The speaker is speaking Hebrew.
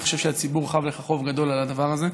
אני חושב שהציבור חב לך חוב גדול על הדבר הזה.